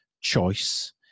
choice